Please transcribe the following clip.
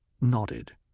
nodded